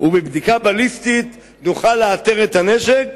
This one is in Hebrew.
"ובבדיקה בליסטית נוכל לאתר את הנשק",